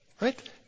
Right